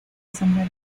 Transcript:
sombra